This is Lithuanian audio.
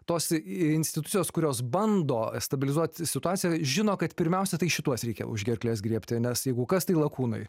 tos institucijos kurios bando stabilizuoti situaciją žino kad pirmiausia tai šituos reikia už gerklės griebti nes jeigu kas tai lakūnai